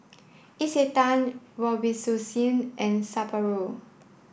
Isetan Robitussin and Sapporo